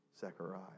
Zechariah